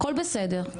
הכול בסדר,